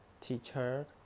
teacher